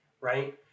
right